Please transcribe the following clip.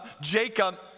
Jacob